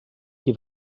qui